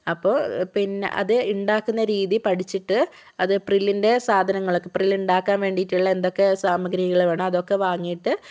അപ്പോൾ പിന്നെ അത് ഉണ്ടാക്കുന്നരീതി പഠിച്ചിട്ട് അത് പ്രില്ലിൻ്റെ സാധനങ്ങളൊക്കെ പ്രില്ലുണ്ടാക്കാൻ വേണ്ടിയിട്ടുള്ള എന്തൊക്കെ സാമഗ്രികൾ വേണം അതൊക്കെ വാങ്ങിയിട്ട്